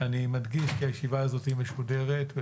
אני מדגיש שהישיבה הזאת משודרת.